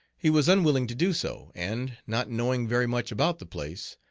he was unwilling to do so, and, not knowing very much about the place,